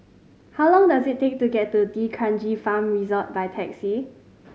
how long does it take to get to D'Kranji Farm Resort by taxi